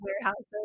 warehouses